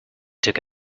took